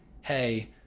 hey